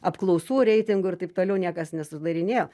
apklausų reitingų ir taip toliau niekas nesudarinėjo